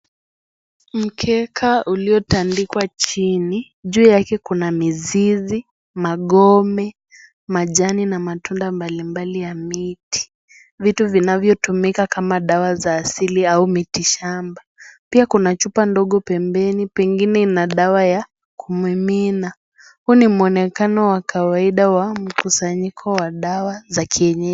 Mkeka uliyotandikwa chini juu yake kuna mizizi, magome, majani na matunda mbalimbali ya miti, vitu vinavyotumika kama dawa za asili au miti shamba, pia kuna chupa ndogo pembeni pengine ina dawa ya kumimina, Huu ni muonekano wa kawaida wa mkusanyiko wa dawa za kienyeji.